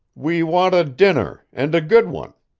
we want a dinner, and a good one.